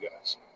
guys